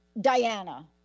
Diana